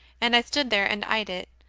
and i stood there and eyed it,